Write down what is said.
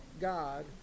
God